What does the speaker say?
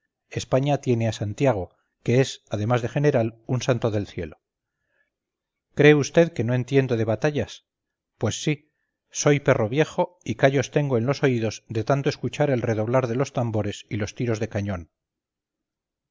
españa tiene a santiago que es además de general un santo del cielo cree vd que no entiendo de batallas pues sí soy perro viejo y callos tengo en los oídos de tanto escuchar el redoblar de los tambores y los tiros de cañón